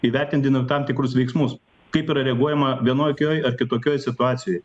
įvertinti na tam tikrus veiksmus kaip yra reaguojama vienokioj ar kitokioj situacijoj